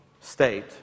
state